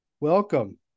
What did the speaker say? welcome